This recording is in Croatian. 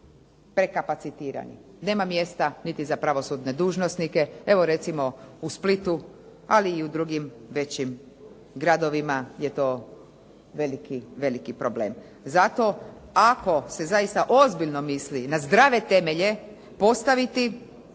Nema mjesta niti za pravosudne dužnosnike. Evo recimo u Splitu ali i u drugim većim gradovima je to veliki, veliki problem. Zato ako se zaista ozbiljno misli na zdrave temelje postaviti